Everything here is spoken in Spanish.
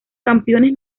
campeones